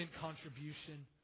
contribution